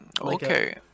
Okay